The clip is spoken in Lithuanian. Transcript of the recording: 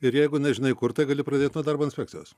ir jeigu nežinai kur tai gali pradėt nuo darbo inspekcijos